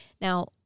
Now